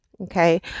Okay